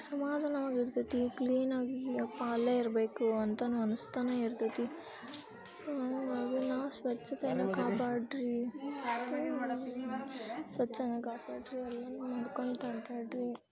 ಸಮಾಧಾನವಾಗಿ ಇರ್ತತಿ ಕ್ಲೀನಾಗಿ ಅಪ್ಪ ಅಲ್ಲೇ ಇರಬೇಕು ಅಂತಲೂ ಅನ್ನಿಸ್ತಾನೆ ಇರ್ತೈತಿ ನಾವು ಸ್ವಚ್ಛತೆಯನ್ನು ಕಾಪಾಡಿರಿ ಸ್ವಚ್ಛಾನ ಕಾಪಾಡಿರಿ ಅಲ್ಲೆಲ್ಲ ನೋಡ್ಕೊಳ್ತ ಅಡ್ಡಾಡಿರಿ